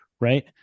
right